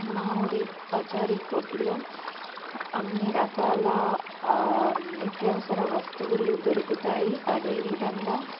మా ఊరి పచారిగొట్టులో అన్ని రకాల నిత్యావసర వస్తువులు దొరుకుతాయి అదేవిధంగా